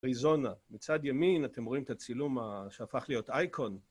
אריזונה, מצד ימין אתם רואים את הצילום שהפך להיות אייקון